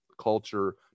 culture